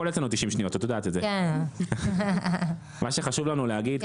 מה שחשוב לנו להגיד,